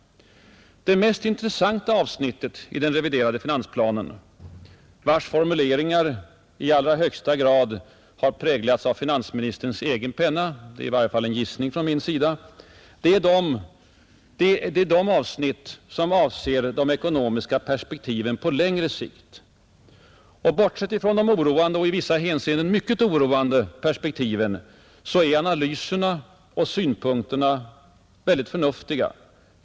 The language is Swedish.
Det mest intressanta avsnittet i den reviderade finansplanen, vars formuleringar i allra högsta grad har präglats av finansministerns egen penna — det är i varje fall en gissning från min sida — är det som avser de ekonomiska perspektiven på längre sikt. Bortsett från de oroande, i vissa hänseenden mycket oroande, perspektiven är analyserna och synpunkterna väldigt förnuftiga.